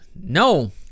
No